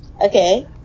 Okay